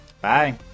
Bye